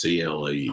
CLE